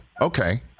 Okay